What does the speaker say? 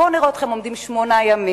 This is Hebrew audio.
בואו נראה אתכם עומדים בכך שמונה ימים.